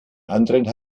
anderen